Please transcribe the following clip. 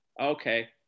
Okay